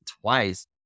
Twice